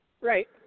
Right